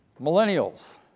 Millennials